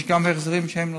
יש גם החזרים שהם נותנים.